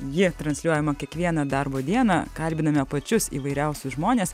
ji transliuojama kiekvieną darbo dieną kalbiname pačius įvairiausius žmones